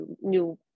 new